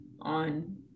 on